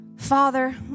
Father